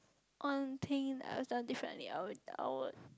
one thing I would have done differently I would I would